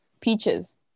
Peaches